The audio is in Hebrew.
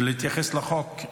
ולהתייחס לחוק,